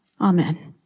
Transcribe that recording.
Amen